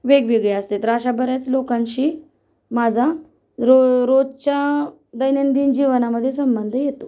वेगवेगळी असते तर अशा बऱ्याच लोकांशी माझा रो रोजच्या दैनंदिन जीवनामध्ये संबंध येतो